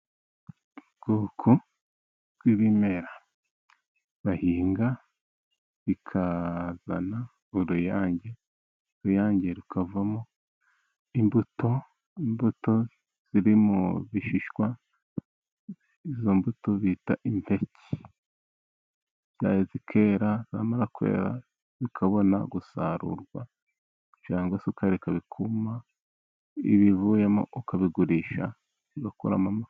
Ubwoko bw' ibimera bahinga, bikazana uruyange. Uruyange rukavamo imbuto. Imbuto ziri mu bishishwa izo mbuto bita impeke zikera zamara kwera zikabona gusarurwa cyangwa se ukareka bikuma, ibivuyemo ukabigurisha ugakuramo amafa_